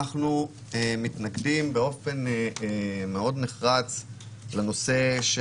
אנחנו מתנגדים באופן מאוד נחרץ לנושא של